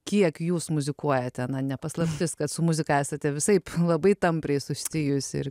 kiek jūs muzikuojate na ne paslaptis kad su muzika esate visaip labai tampriai susijusi ir